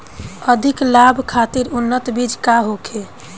अधिक लाभ खातिर उन्नत बीज का होखे?